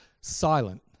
silent